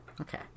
Okay